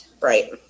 Right